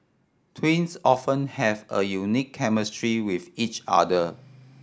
twins often have a unique chemistry with each other